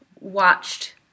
watched